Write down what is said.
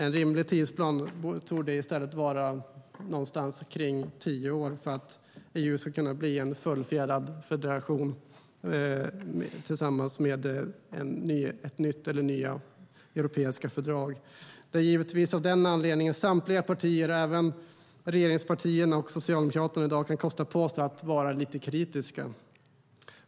En rimlig tidsplan torde i stället vara någonstans kring tio år för att EU ska kunna bli en fullfjädrad federation, med ett eller flera nya europeiska fördrag. Det är givetvis av den anledningen samtliga partier - även regeringspartierna och Socialdemokraterna - i dag kan kosta på sig att vara lite kritiska.